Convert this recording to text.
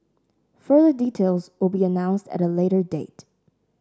further details will be announced at a later date